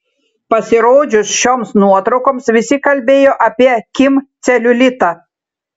pasirodžius šioms nuotraukoms visi kalbėjo apie kim celiulitą